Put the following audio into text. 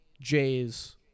Jays